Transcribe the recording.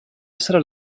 essere